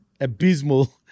abysmal